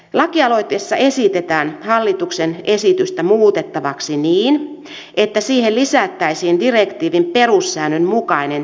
lakialoitteessa esitetään hallituksen esitystä muutettavaksi niin että siihen lisättäisiin direktiivin perussäännön mukainen tilaajan vastuu